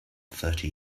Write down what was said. thirty